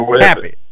happy